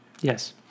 Yes